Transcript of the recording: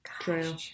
True